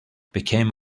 became